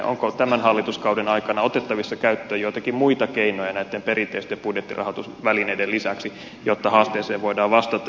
onko tämän hallituskauden aikana otettavissa käyttöön joitakin muita keinoja näitten perinteisten budjettirahoitusvälineiden lisäksi jotta haasteeseen voidaan vastata